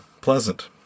pleasant